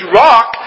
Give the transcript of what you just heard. rock